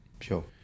Sure